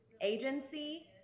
agency